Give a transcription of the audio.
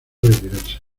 retirarse